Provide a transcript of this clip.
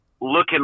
looking